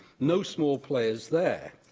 no small players there.